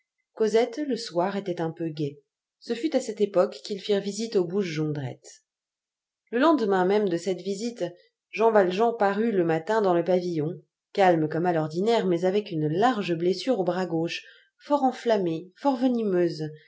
cosette le soir était un peu gaie ce fut à cette époque qu'ils firent visite au bouge jondrette le lendemain même de cette visite jean valjean parut le matin dans le pavillon calme comme à l'ordinaire mais avec une large blessure au bras gauche fort enflammée fort venimeuse